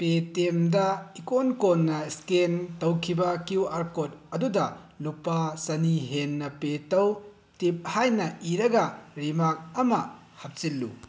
ꯄꯦ T ꯑꯦꯝꯗ ꯏꯀꯣꯟ ꯀꯣꯟꯅ ꯏꯁꯀꯦꯟ ꯇꯧꯈꯤꯕ ꯀ꯭ꯌꯨ ꯑꯥꯔ ꯀꯣꯠ ꯑꯗꯨꯗ ꯂꯨꯄꯥ ꯆꯅꯤ ꯍꯦꯟꯅ ꯄꯦ ꯇꯧ ꯇꯤꯞ ꯍꯥꯏꯅ ꯏꯔꯒ ꯔꯤꯃꯥꯛ ꯑꯃ ꯍꯥꯞꯆꯤꯜꯂꯨ